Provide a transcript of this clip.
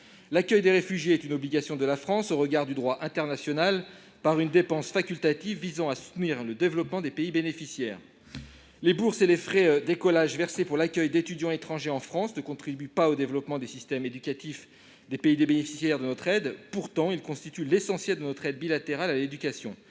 L'accueil des réfugiés est une obligation de la France au regard du droit international, pas une dépense facultative visant à soutenir le développement des pays bénéficiaires. Les bourses et les frais d'écolage versés pour l'accueil d'étudiants étrangers en France ne contribuent pas au développement des systèmes éducatifs des pays des bénéficiaires de notre aide. Pourtant, ils constituent l'essentiel de notre aide bilatérale à l'éducation.